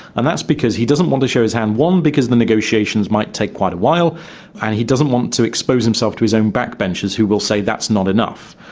and that's because he doesn't want to show his hand because the negotiations might take quite a while and he doesn't want to expose himself to his own backbenchers who will say that's not enough,